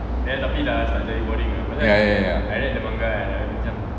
ya ya ya